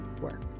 work